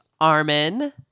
Armin